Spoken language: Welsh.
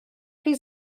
chi